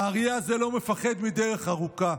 האריה הזה לא מפחד מדרך ארוכה.